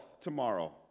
tomorrow